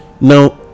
Now